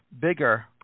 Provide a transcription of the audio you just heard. bigger